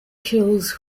kills